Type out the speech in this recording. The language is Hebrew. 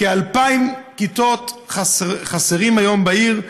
כ-2,000 כיתות חסרות היום בעיר.